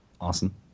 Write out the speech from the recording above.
Awesome